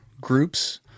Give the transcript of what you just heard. groups